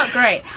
right.